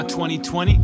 2020